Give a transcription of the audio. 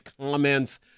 comments